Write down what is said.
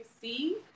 see